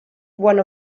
one